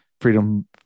freedom